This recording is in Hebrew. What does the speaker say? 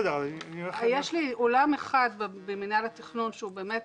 יש לי אולם אחד במנהל התכנון שהוא באמת